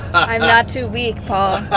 i'm not too weak paul.